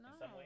No